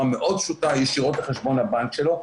מאוד פשוטה ישירות לחשבון הבנק שלו.